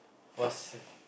!wahseh!